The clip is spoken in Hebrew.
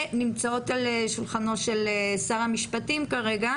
ונמצאות על שולחנו של שר המשפטים כרגע,